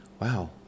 wow